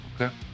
Okay